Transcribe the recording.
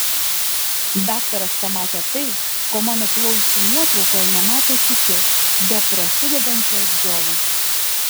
daktaras pamatė tai ko mano plaučių nuotraukoje nematė kiti beprasidedančią džiovą